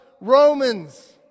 Romans